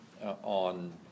on